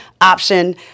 option